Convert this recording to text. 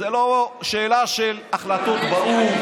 זו לא שאלה של החלטות באו"ם.